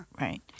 Right